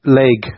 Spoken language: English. leg